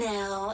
Now